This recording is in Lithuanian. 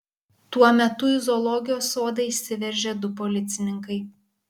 tuo metu į zoologijos sodą įsiveržė du policininkai